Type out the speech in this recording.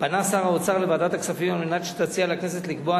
פנה שר האוצר לוועדת הכספים על מנת שתציע לכנסת לקבוע,